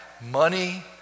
Money